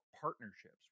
partnerships